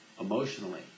emotionally